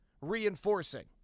reinforcing